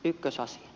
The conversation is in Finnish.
ykkösosan